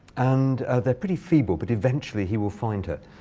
and they're pretty feeble. but eventually, he will find her.